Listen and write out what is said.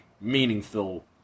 meaningful